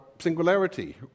singularity